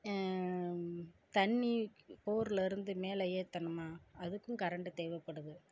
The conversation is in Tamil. தண்ணி போர்லேயிருந்து மேல ஏற்றணுமா அதுக்கும் கரண்ட் தேவைப்படுது